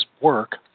work